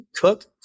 cook